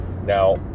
Now